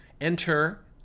Enter